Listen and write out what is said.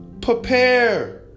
Prepare